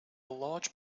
large